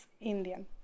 indian